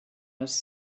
was